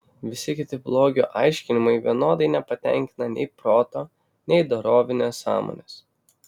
visi kiti blogio aiškinimai vienodai nepatenkina nei proto nei dorovinės sąmonės